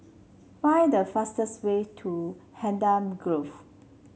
find the fastest way to Hacienda Grove